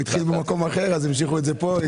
הוא התחיל במקום אחר, אז המשיכו את זה פה.